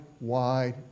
wide